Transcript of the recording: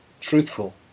truthful